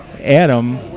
Adam